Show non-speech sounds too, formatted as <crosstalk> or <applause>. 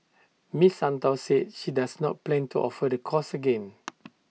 miss Santos said she does not plan to offer the course again <noise>